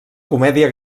comèdia